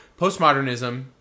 postmodernism